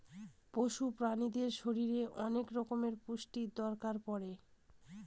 পশু প্রাণীদের শরীরে অনেক রকমের পুষ্টির দরকার পড়ে